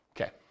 Okay